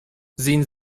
sehen